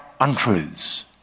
untruths